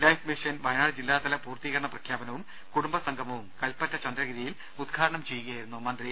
life Mission Wayanad ജില്ലാതല പൂർത്തീകരണ പ്രഖ്യാപനവും കുടുംബ സംഗമവും കൽപ്പറ്റ ചന്ദ്രഗിരിയിൽ ഉദ്ഘാടനം ചെയ്യുകയായിരുന്നു മന്ത്രി